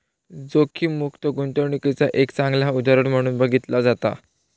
जोखीममुक्त गुंतवणूकीचा एक चांगला उदाहरण म्हणून बघितला जाता